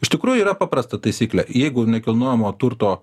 iš tikrųjų yra paprasta taisyklė jeigu nekilnojamo turto